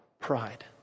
pride